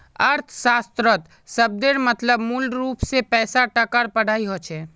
अर्थशाश्त्र शब्देर मतलब मूलरूप से पैसा टकार पढ़ाई होचे